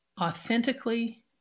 authentically